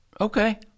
Okay